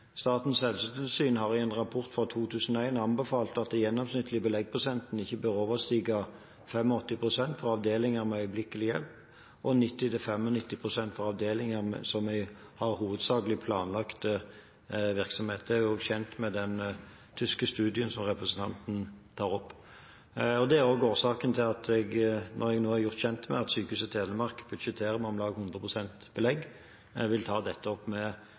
Statens helsetilsyn har i en rapport fra 2001 anbefalt at den gjennomsnittlige beleggsprosenten ikke bør overstige 85 pst. for avdelinger med øyeblikkelig hjelp og 90–95 pst. for avdelinger som hovedsakelig har planlagt virksomhet. Jeg er også kjent med den tyske studien som representanten viser til. Det er også årsaken til at jeg, når jeg nå er gjort kjent med at Sykehuset Telemark budsjetterer med om lag 100 pst. belegg, vil ta dette opp med